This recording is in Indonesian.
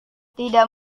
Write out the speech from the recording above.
tidak